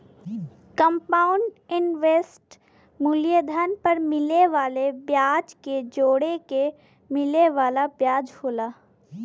compound interest मूलधन पर मिले वाले ब्याज के जोड़के मिले वाला ब्याज होला